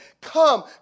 come